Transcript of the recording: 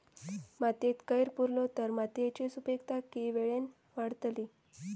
मातयेत कैर पुरलो तर मातयेची सुपीकता की वेळेन वाडतली?